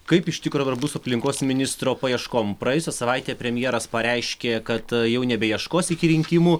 kaip iš tikro dar bus su aplinkos ministro paieškom praėjusią savaitę premjeras pareiškė kad jau nebeieškos iki rinkimų